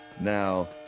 Now